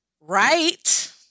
right